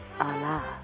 Allah